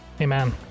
Amen